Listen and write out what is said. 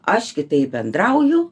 aš kitaip bendrauju